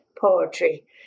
poetry